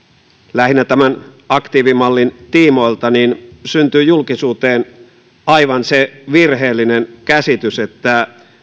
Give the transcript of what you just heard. lähinnä tämän aktiivimallin tiimoilta niin syntyi julkisuuteen aivan virheellinen käsitys että